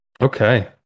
Okay